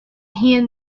hand